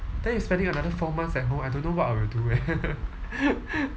then you spending another four months at home I don't know what I will do eh